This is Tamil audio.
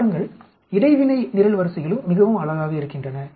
பாருங்கள் இடைவினை நிரல்வரிசைகளும் மிகவும் அழகாக இருக்கின்றன